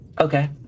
Okay